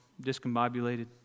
discombobulated